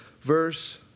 Verse